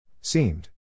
Seemed